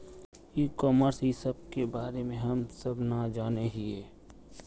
ई commerce इस सब के बारे हम सब ना जाने हीये?